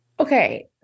Okay